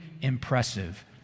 impressive